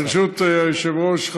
ברשות היושב-ראש,